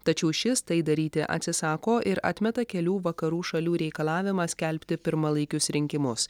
tačiau šis tai daryti atsisako ir atmeta kelių vakarų šalių reikalavimą skelbti pirmalaikius rinkimus